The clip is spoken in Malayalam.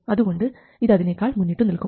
അതുകൊണ്ട് ഇത് അതിനേക്കാൾ മുന്നിട്ടു നിൽക്കും